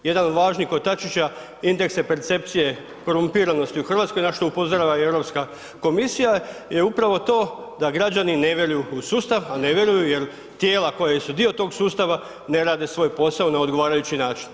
Jedan od važnih kotačića indeksa percepcije korumpiranosti u Hrvatskoj, na što upozorava i Europska komisija je upravo to da građani ne vjeruju u sustav, a ne vjeruju jer tijela koja su dio tog sustava ne rade svoj postao na odgovarajući način.